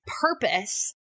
purpose